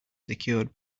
secured